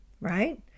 right